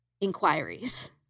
inquiries